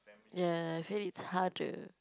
ya I feel it's hard to